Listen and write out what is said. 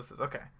okay